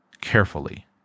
carefully